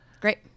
Great